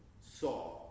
saw